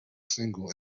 single